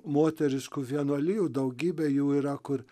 moteriškų vienuolijų daugybę jų yra kur